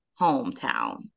hometown